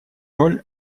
роль